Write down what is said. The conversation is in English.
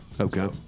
Okay